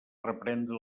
reprendre